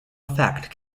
effect